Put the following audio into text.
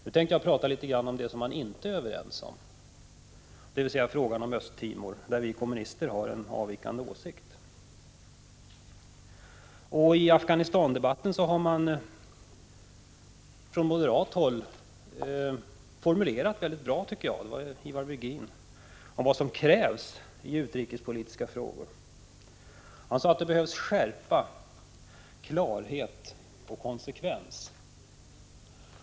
Nu tänkte jag tala om det som man inte är överens om, dvs. frågan om Östra Timor, där vi kommunister har en avvikande åsikt. I debatten om Afghanistan formulerade Ivar Virgin från moderaterna mycket bra vad som krävs i utrikespolitiska frågor. Han sade att det behövs skärpa, klarhet och konsekvens.